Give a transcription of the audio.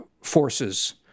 forces